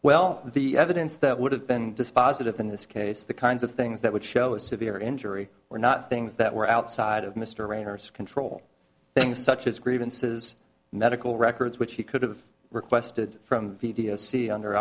well the evidence that would have been dispositive in this case the kinds of things that would show a severe injury were not things that were outside of mr reiner skin troll things such as grievances and medical records which he could've requested from v d a c under